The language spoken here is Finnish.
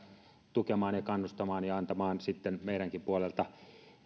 tukemaan ja kannustamaan ja antamaan sitten meidänkin puoleltamme